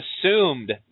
assumed